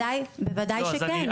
בוודאי, בוודאי שכן.